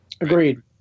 Agreed